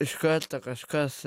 iš karto kažkas